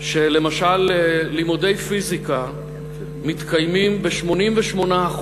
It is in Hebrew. שלמשל לימודי פיזיקה מתקיימים ב-88%